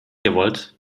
gewollt